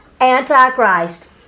Antichrist